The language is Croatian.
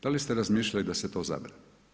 Da li ste razmišljali da se to zabrani?